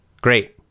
great